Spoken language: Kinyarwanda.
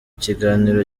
kiganiro